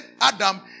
Adam